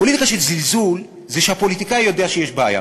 פוליטיקה של זלזול זה שהפוליטיקאי יודע שיש בעיה,